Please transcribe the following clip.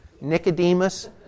Nicodemus